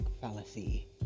fallacy